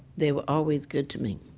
they were always good to me.